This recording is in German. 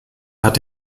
hat